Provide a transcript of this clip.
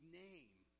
name